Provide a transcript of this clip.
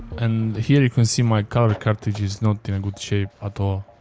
and here you can see my color cartridge is not in a good shape at all.